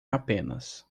apenas